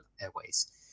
Airways